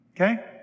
okay